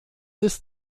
ist